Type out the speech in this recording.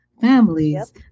families